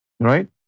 Right